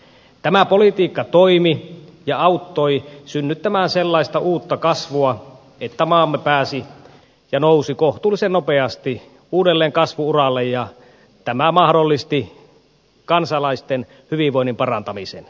tämä politiikka toimi ja auttoi synnyttämään sellaista uutta kasvua että maamme pääsi ja nousi kohtuullisen nopeasti uudelleen kasvu uralle ja tämä mahdollisti kansalaisten hyvinvoinnin parantamisen